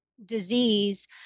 disease